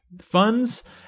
funds